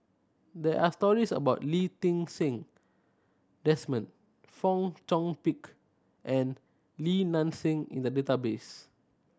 there are stories about Lee Ti Seng Desmond Fong Chong Pik and Li Nanxing in the database